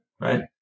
right